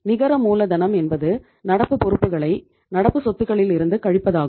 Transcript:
நிகர மூலதனம் என்பது நடப்பு பொறுப்புகளை நடப்பு சொத்துக்களில் இருந்துக் கழிப்பதாகும்